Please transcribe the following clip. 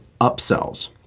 upsells